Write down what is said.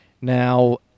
Now